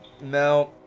now